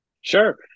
sure